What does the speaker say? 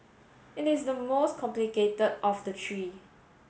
it is the most complicated of the three